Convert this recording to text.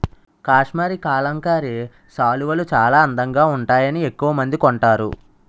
కాశ్మరీ కలంకారీ శాలువాలు చాలా అందంగా వుంటాయని ఎక్కవమంది కొంటారు